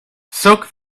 soak